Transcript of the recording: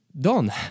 done